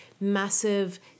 massive